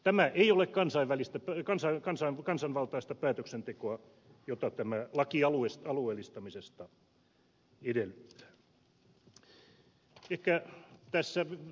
tämä ei ole kansanvaltaista päätöksentekoa jota tämä laki alueellistamisesta edellyttää